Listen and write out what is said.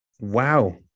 Wow